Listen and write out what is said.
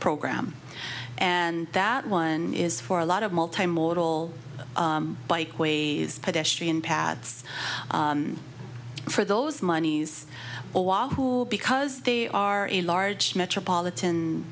program and that one is for a lot of multimodal bikeways pedestrian paths for those monies who because they are a large metropolitan